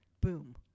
boom